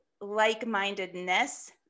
like-mindedness